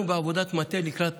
אנחנו בעבודת מטה לקראת